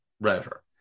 router